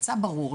יצא ברור,